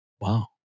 wow